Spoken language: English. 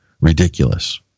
Ridiculous